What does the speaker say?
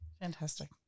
Fantastic